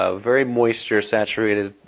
ah very moisture saturated